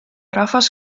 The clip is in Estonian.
rahvas